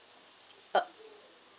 uh